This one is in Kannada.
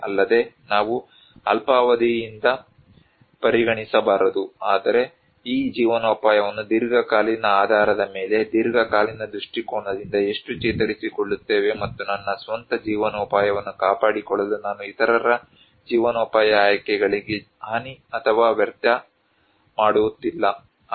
ಅಲ್ಲದೆ ನಾವು ಅಲ್ಪಾವಧಿಯಿಂದ ಪರಿಗಣಿಸಬಾರದು ಆದರೆ ಈ ಜೀವನೋಪಾಯವನ್ನು ದೀರ್ಘಕಾಲೀನ ಆಧಾರದ ಮೇಲೆ ದೀರ್ಘಕಾಲೀನ ದೃಷ್ಟಿಕೋನದಿಂದ ಎಷ್ಟು ಚೇತರಿಸಿಕೊಳ್ಳುತ್ತೇವೆ ಮತ್ತು ನನ್ನ ಸ್ವಂತ ಜೀವನೋಪಾಯವನ್ನು ಕಾಪಾಡಿಕೊಳ್ಳಲು ನಾನು ಇತರರ ಜೀವನೋಪಾಯ ಆಯ್ಕೆಗಳಿಗೆ ಹಾನಿ ಅಥವಾ ವ್ಯರ್ಥ ಮಾಡುತ್ತಿಲ್ಲ